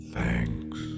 Thanks